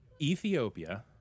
Ethiopia